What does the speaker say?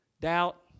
Doubt